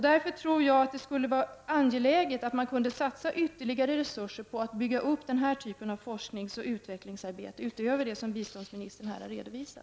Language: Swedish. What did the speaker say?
Därför tror jag att det skulle vara angeläget att satsa ytterligare resurser på att bygga upp den här typen av forskning och utvecklingsarbete utöver det som biståndsminister här har redovisat.